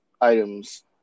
items